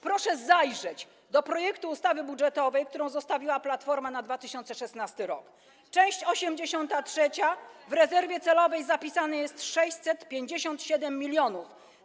Proszę zajrzeć do projektu ustawy budżetowej, którą zostawiła Platforma na 2016 r.: część 83, w rezerwie celowej zapisane jest 657 mln zł.